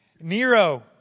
Nero